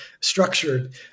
structured